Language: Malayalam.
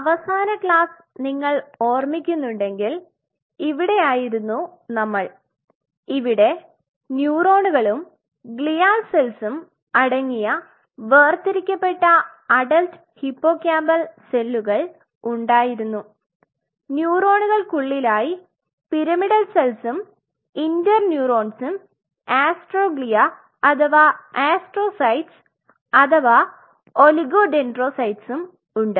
അവസാന ക്ലാസ് നിങ്ങൾ ഓർമ്മിക്കുന്നുടെങ്കിൽ ഇവിടെയാരുന്നു നമ്മൾ ഇവിടെ ന്യൂറോണുകളും ഗ്ലിയാൽ സെൽസും അടങ്ങിയ വേർതിരിക്കപ്പെട്ട അഡൽറ്റ് ഹിപ്പോകാമ്പൽ സെല്ലുകൾ ഉണ്ടായിരുന്നു ന്യൂറോണുകൾക്കുള്ളിലായി പിരമിടൽ സെൽസും ഇന്റർ ന്യൂറോൻസും അസ്ട്രോഗ്ലിയ അഥവാ അസ്ട്രോസൈറ്റ്സ് അഥവാ ഒലിഗോഡെൻഡ്രോസൈറ്റ്സും ഉണ്ട്